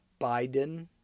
Biden